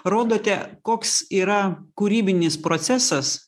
rodote koks yra kūrybinis procesas